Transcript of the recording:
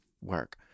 work